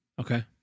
okay